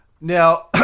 Now